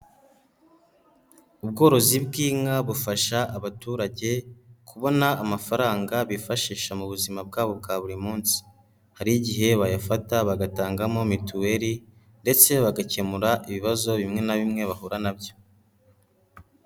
Ubworozi bw'inka bufasha abaturage kubona amafaranga bifashisha mu buzima bwabo bwa buri munsi, hari igihe bayafata bagatangamo mituweli ndetse bagakemura ibibazo bimwe na bimwe bahura na byo.